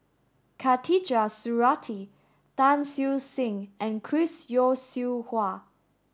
Khatijah Surattee Tan Siew Sin and Chris Yeo Siew Hua